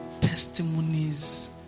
testimonies